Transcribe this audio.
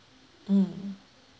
mm